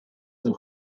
two